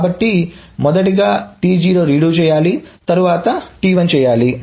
కాబట్టి మొదటగా T0 read చేయాలి తరువాత T1 చేయాలి